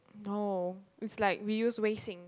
no it's like we use Wei-Xing